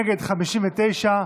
נגד, 59,